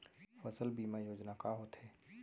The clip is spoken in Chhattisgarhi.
फसल बीमा योजना का होथे?